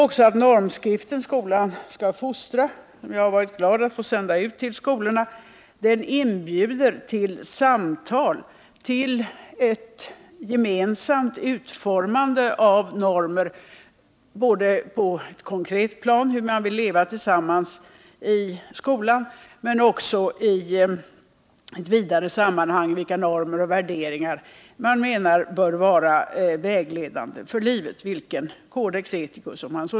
Också i normskriften Skolan skall fostra, som jag varit glad åt att få sända ut till skolorna, inbjudes till samtal, till ett gemensamt utformande av normer både på ett konkret plan, dvs. när det gäller hur man vill leva tillsammans i skolan, och i ett vidare sammanhang, när det gäller vilka normer och värderingar — vilken codex ethicus —- man menar bör vara vägledande för livet.